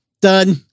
Done